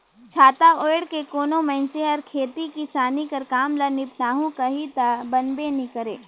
छाता ओएढ़ के कोनो मइनसे हर खेती किसानी कर काम ल निपटाहू कही ता बनबे नी करे